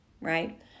right